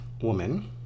woman